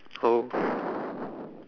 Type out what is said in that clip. oh